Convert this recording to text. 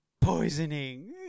poisoning